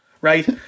Right